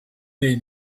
they